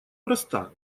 проста